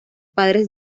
padres